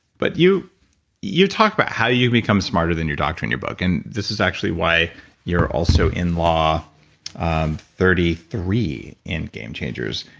but you you talked about how you become smarter than your doctor in your book and this is actually why you're also in law um thirty three in game changers,